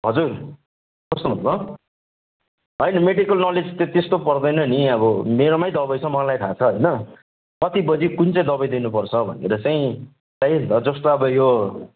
हजुर पोसाउँछ होइन मेडिकल नलेज चाहिँ त्यस्तो पर्दैन नि अब मेरोमै दबाई छ मलाई थाहा छ होइन कति बजी कुन चाहिँ दबाई दिनपर्छ भनेर चाहिँ है जस्तो अब यो